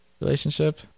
relationship